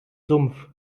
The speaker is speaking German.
sumpf